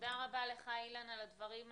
תודה רבה לך, אילן, על הדברים החשובים.